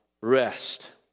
rest